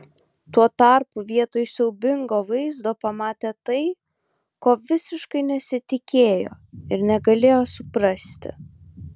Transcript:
tuo tarpu vietoj siaubingo vaizdo pamatė tai ko visiškai nesitikėjo ir negalėjo suprasti